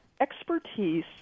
expertise